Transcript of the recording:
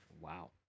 Wow